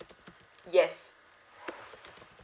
yes